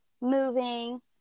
moving